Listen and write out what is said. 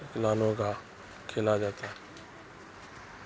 وکلانگوں کا کھیلا جاتا ہے